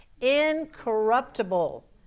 Incorruptible